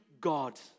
God